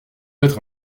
être